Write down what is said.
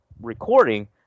recording